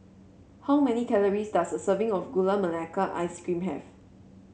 how many calories does a serving of Gula Melaka Ice Cream have